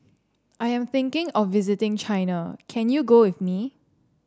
I am thinking of visiting China can you go with me